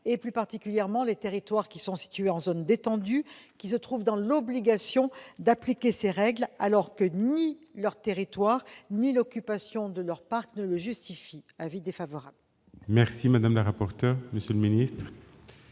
plus particulièrement les territoires situés en zone détendue, qui se trouvent dans l'obligation d'appliquer ces règles, alors que ni leur territoire ni l'occupation de leur parc ne le justifient. Avis défavorable. Quel est l'avis du Gouvernement